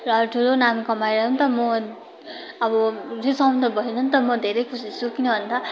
र ठुलो नाम कमाएर पनि त म अब रिसाउनु त भएन नि त म धेरै खुसी छु किनभन्दा